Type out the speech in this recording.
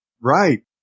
Right